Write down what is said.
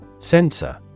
Sensor